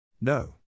No